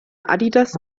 adidas